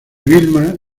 vilma